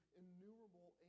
innumerable